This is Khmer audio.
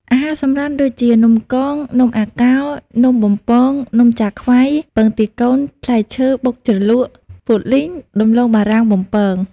អាហារសម្រន់ដូចជា នំកង នំអាកោរ នំបំពង នំចាខ្វៃ ពងទាកូន ផ្លែឈើបុកជ្រលក់ ពោតលីង ដំឡូងបារាំងបំពង។